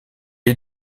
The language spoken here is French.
est